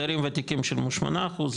דיירים וותיקים שילמו שמונה אחוז,